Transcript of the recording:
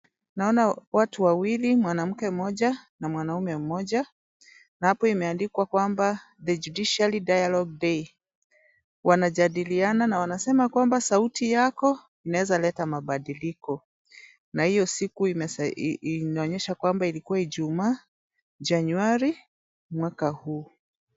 Naona watu wawili, mwanamke mmoja, na mwanaume mmoja, na hapo imeandikwa kwamba The Judicial Dialogue Day. Wanajadiliana na wanasema kwamba sauti yako inaweza leta mabadiliko, na io siku inaonyesha kwamba ilikuwa Ijumaa, Januari mwaka huu.